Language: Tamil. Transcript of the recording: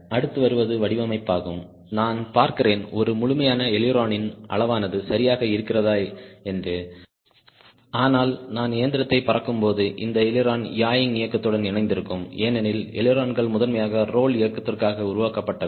அடுத்து வருவது வடிவமைப்பாகும் நான் பார்க்கிறேன் ஒரு முழுமையான அய்லிரோணின் அளவானது சரியாக இருக்கிறதா என்று ஆனால் நான் இயந்திரத்தை பறக்கும்போது இந்த அய்லிரோன் யாயிங் இயக்கத்துடன் இணைந்திருக்கும் ஏனெனில் அய்லரோன்கள் முதன்மையாக ரோல் இயக்கத்திற்காக உருவாக்கப்பட்டது